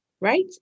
right